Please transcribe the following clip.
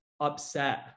upset